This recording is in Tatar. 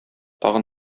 тагын